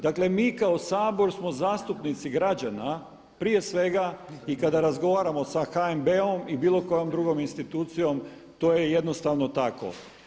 Dakle, mi kao Sabor smo zastupnici građana prije svega i kada razgovaramo sa HNB-om i bilo kojom drugom institucijom to je jednostavno tako.